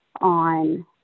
on